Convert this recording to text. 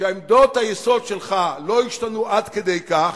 שעמדות היסוד שלך לא השתנו עד כדי כך,